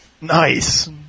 Nice